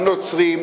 גם נוצרים,